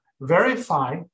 verify